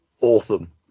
Awesome